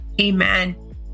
Amen